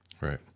Right